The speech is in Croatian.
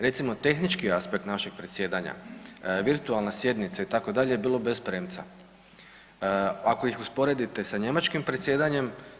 Recimo tehnički aspekt našeg predsjedanja, virtualne sjednice itd. bilo je bez premca ako ih usporedite sa njemačkim predsjedanjem.